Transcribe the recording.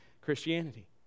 Christianity